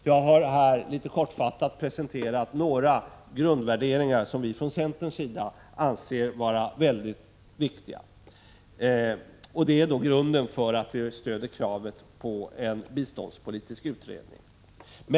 Jag har här mycket kortfattat presenterat några grundvärderingar som vi i centern anser mycket viktiga. Det är grunden för att vi stöder kravet på en biståndspolitisk utredning.